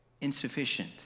insufficient